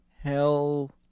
hell